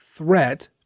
threat